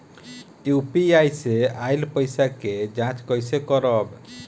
UPI से आइल पईसा के जाँच कइसे करब?